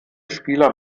spieler